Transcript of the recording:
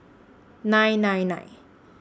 nine nine nine